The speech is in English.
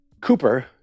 Cooper